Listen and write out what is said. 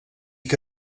que